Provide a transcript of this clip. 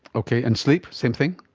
okay, and sleep? same thing?